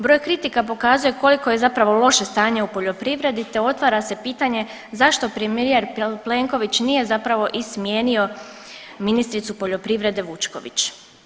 Broj kritika pokazuje koliko je zapravo loše stanje u poljoprivredi, te otvara se pitanje zašto premijer Plenković nije zapravo i smijenio ministricu poljoprivrede Vučković.